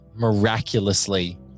miraculously